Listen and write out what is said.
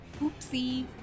Oopsie